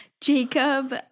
Jacob